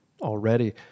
already